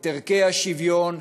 את ערכי השוויון,